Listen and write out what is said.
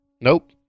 Nope